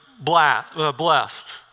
blessed